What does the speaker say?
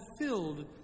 filled